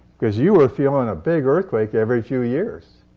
because you were feeling a big earthquake every few years.